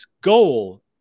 goal